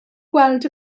gweld